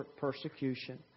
persecution